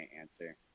answer